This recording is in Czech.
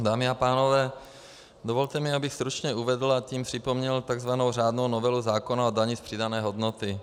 Dámy a pánové, dovolte mi, abych stručně uvedl, a tím připomněl takzvanou řádnou novelu zákona o dani z přidané hodnoty.